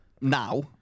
now